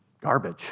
garbage